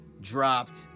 dropped